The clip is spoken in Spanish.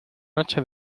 noche